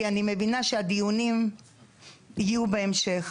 כי אני מבינה שהדיונים יהיו בהמשך,